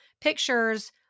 pictures